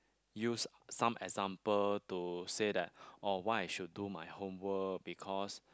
use some example to say that oh why I should do my homework because